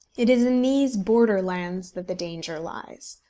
it is in these border-lands that the danger lies.